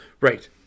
Right